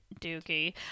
dookie